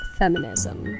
feminism